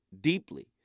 deeply